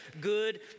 good